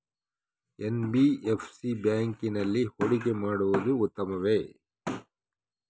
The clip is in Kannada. ಎನ್.ಬಿ.ಎಫ್.ಸಿ ಬ್ಯಾಂಕಿನಲ್ಲಿ ಹೂಡಿಕೆ ಮಾಡುವುದು ಉತ್ತಮವೆ?